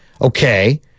okay